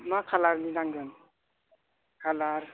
मा कालारनि नांगोन कालार